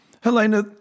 Helena